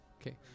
Okay